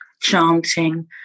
chanting